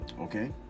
okay